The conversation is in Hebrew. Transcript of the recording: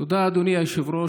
תודה, אדוני היושב-ראש.